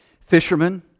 fishermen